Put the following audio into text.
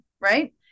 right